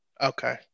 Okay